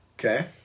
Okay